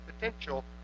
potential